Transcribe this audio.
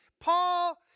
Paul